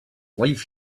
life